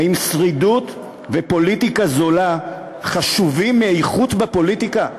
האם שרידות ופוליטיקה זולה חשובות מאיכות בפוליטיקה?